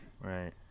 Right